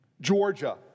georgia